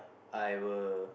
I will